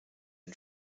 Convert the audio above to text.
den